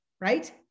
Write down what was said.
right